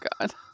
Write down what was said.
God